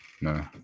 no